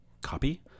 copy